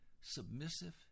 submissive